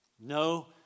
No